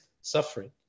suffering